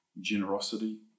generosity